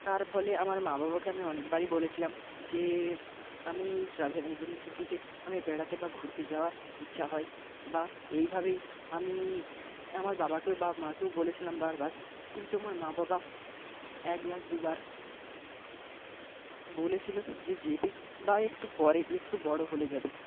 তার ফলে আমার মা বাবাকে আমি অনেকবারই বলেছিলাম যে আমি এই ট্র্যাভেল এজেন্সি থেকে আমি বেড়াতে বা ঘুরতে যাওয়ার ইচ্ছা হয় বা এইভাবেই আমি আমার বাবাকে বা মাকেও বলেছিলাম বারবার কিন্তু আমার মা বাবা একবার দুবার বলেছিল যে যাবি বা একটু পরে একটু বড়ো হলে যাবি